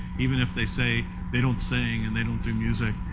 even if they say they don't sing and they don't do music,